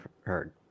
heard